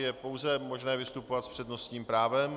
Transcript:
Je pouze možné vystupovat s přednostním právem.